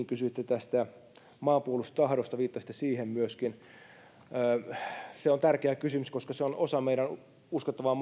kysyitte tästä maanpuolustustahdosta viittasitte siihen myöskin se on tärkeä kysymys koska se on osa meidän uskottavaa